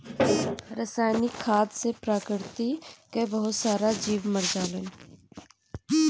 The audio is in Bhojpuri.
रासायनिक खाद से प्रकृति कअ बहुत सारा जीव मर जालन